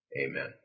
Amen